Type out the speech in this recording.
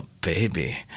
baby